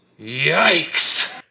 Yikes